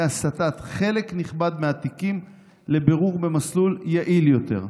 הסטת חלק נכבד מהתיקים לבירור במסלול יעיל יותר.